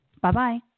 Bye-bye